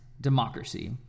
democracy